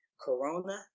Corona